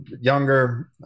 younger